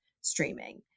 streaming